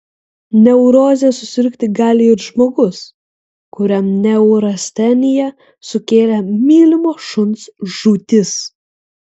neuroze susirgti gali ir žmogus kuriam neurasteniją sukėlė mylimo šuns žūtis